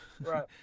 Right